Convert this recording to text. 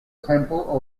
temple